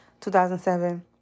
2007